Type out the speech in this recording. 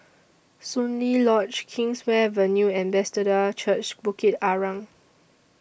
Soon Lee Lodge Kingswear Avenue and Bethesda Church Bukit Arang